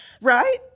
Right